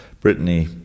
Brittany